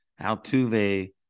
Altuve